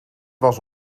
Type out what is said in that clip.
was